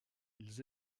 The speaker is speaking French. ils